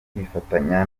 kwifatanya